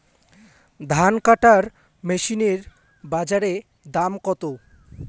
ধান কাটার মেশিন এর বাজারে দাম কতো?